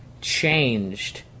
changed